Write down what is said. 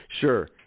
Sure